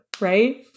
Right